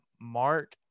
Mark